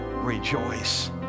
rejoice